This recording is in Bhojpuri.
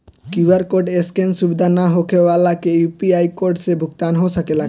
क्यू.आर कोड स्केन सुविधा ना होखे वाला के यू.पी.आई कोड से भुगतान हो सकेला का?